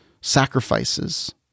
sacrifices